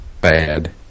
bad